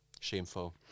shameful